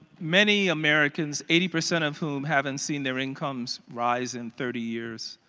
many americans, eighty percent of whom haven't seen their incomes rise in thirty years,